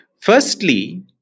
Firstly